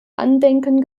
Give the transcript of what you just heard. andenken